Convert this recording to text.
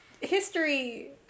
history